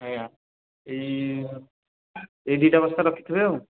ଆଜ୍ଞା ଏଇ ଏଇ ଦୁଇଟା ବସ୍ତା ରଖିଥିବେ ଆଉ